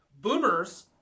boomers